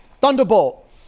Thunderbolt